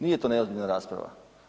Nije to neozbiljna rasprava.